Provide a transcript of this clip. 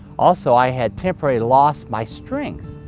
also, i had temporarily lost my strength.